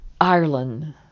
Ireland